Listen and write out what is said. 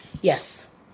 Yes